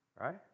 right